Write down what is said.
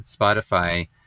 Spotify